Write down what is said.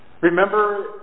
Remember